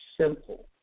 simple